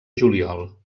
juliol